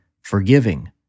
forgiving